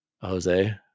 Jose